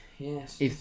Yes